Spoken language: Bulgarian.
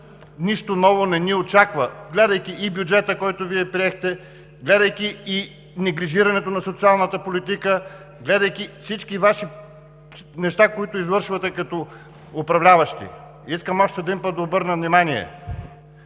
нищо ново не ни очаква, гледайки и бюджета, който Вие приехте, гледайки и неглижирането на социалната политика, гледайки всичко, което извършвате като управляващи. Искам още един път да обърна внимание